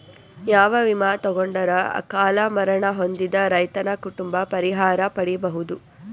ಯಾವ ವಿಮಾ ತೊಗೊಂಡರ ಅಕಾಲ ಮರಣ ಹೊಂದಿದ ರೈತನ ಕುಟುಂಬ ಪರಿಹಾರ ಪಡಿಬಹುದು?